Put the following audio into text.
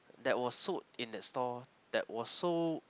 that was sold in that store that was so